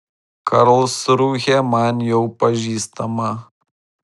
karlsrūhė man jau pažįstama